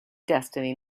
destiny